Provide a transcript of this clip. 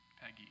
Peggy